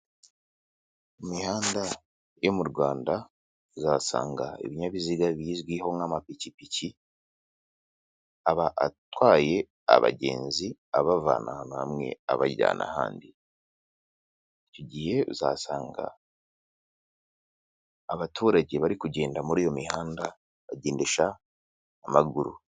Imihanda yo mu Rwanda uzasanga ibinyabiziga bizwiho nk'amapikipiki, aba atwaye abagenzi abavana ahantu hamwe abajyana ahandi, icyo gihe uzasanga abaturage bari kugenda muri iyo mihanda bagendesha amaguru.